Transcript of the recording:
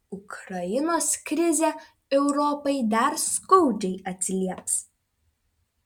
ukrainos krizė europai dar skaudžiai atsilieps